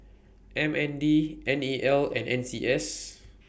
M N D N E L and N C S